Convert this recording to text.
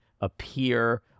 appear